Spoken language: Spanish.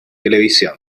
televisión